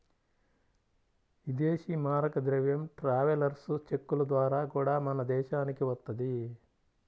ఇదేశీ మారక ద్రవ్యం ట్రావెలర్స్ చెక్కుల ద్వారా గూడా మన దేశానికి వత్తది